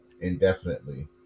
Indefinitely